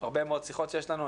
של הרבה מאוד שיחות שיש לנו.